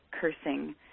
cursing